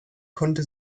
konnte